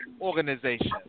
organization